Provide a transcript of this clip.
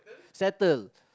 settle